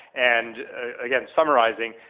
and again, summarizing,